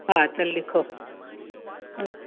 हा त लिखो